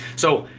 so,